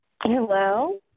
Hello